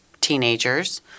teenagers